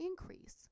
increase